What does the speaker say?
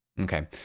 Okay